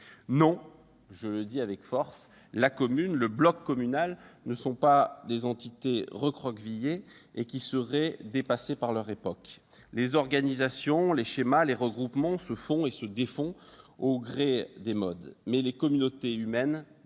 Non, je le dis avec force, la commune- le bloc communal -n'est pas une entité recroquevillée sur elle-même, dépassée par son époque. Les organisations, les schémas, les regroupements se font et se défont au gré des modes, mais les communautés humaines demeurent.